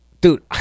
dude